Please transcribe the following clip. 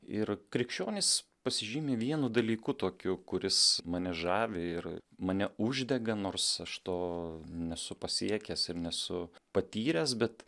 ir krikščionys pasižymi vienu dalyku tokiu kuris mane žavi ir mane uždega nors aš to nesu pasiekęs ir nesu patyręs bet